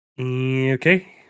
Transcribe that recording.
Okay